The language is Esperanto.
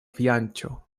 fianĉo